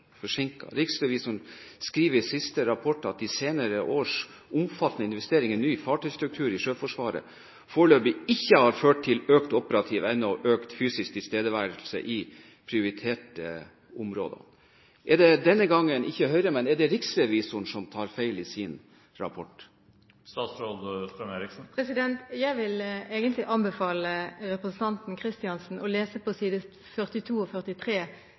forsinket. Riksrevisjonen skriver i sin siste rapport at «de seneste årenes omfattende investeringer i ny fartøystruktur i Sjøforsvaret foreløpig ikke hadde ført til økt operativ evne og økt fysisk tilstedeværelse i prioriterte områder». Er det Riksrevisjonen – ikke Høyre denne gang – som tar feil i sin rapport? Jeg vil egentlig anbefale representanten Kristiansen å lese på side 42 og 43